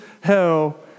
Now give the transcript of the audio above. hell